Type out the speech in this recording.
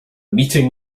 meeting